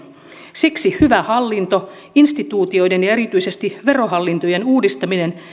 siksi hyvä hallinto instituutioiden ja erityisesti verohallintojen uudistaminen